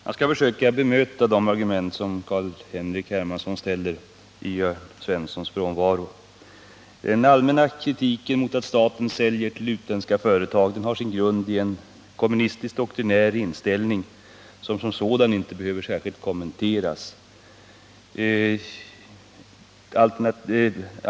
Herr talman! Jag skall försöka bemöta de argument som Carl-Henrik Hermansson anförde i Jörn Svenssons frånvaro. Det första argumentet, som innebar en allmän kritik mot att staten säljer till utländska företag, har sin grund i en kommunistisk doktrinär inställning, vilken som sådan inte behöver särskilt kommenteras.